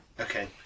Okay